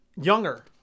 younger